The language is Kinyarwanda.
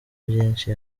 byinshi